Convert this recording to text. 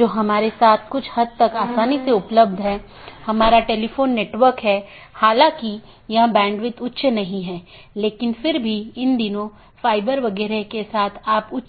यह एक बड़े आईपी नेटवर्क या पूरे इंटरनेट का